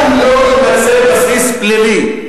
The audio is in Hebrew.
גם אם לא יימצא בסיס פלילי,